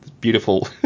beautiful